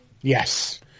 Yes